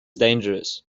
dangerous